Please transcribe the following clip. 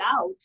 out